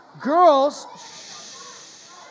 Girls